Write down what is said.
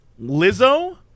Lizzo